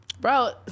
Bro